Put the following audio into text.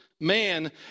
man